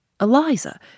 Eliza